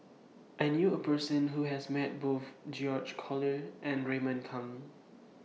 I knew A Person Who has Met Both George Collyer and Raymond Kang